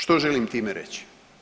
Što želim time reći?